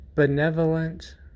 Benevolent